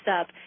up